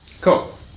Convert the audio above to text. Cool